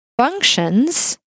functions